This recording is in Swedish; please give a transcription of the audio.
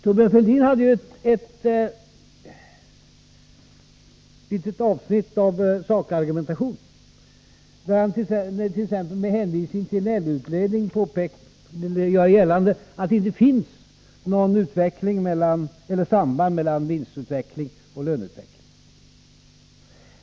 Thorbjörn Fälldin hade i sitt anförande ett litet avsnitt om sakargumentation, där hant.ex. med hänvisning till en LO-utredning gjorde gällande att det inte finns något samband mellan vinstutveckling och löneutveckling.